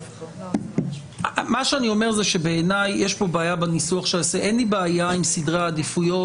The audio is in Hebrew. אין לי בעיה עם סדרי העדיפויות.